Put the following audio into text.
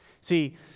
See